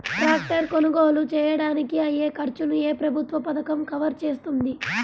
Tractor కొనుగోలు చేయడానికి అయ్యే ఖర్చును ఏ ప్రభుత్వ పథకం కవర్ చేస్తుంది?